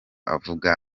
avuga